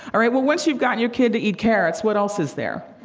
all right, well, once you've gotten your kid to eat carrots, what else is there?